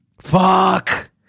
Fuck